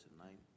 tonight